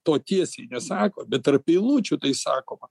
to tiesiai nesako bet tarp eilučių tai sakoma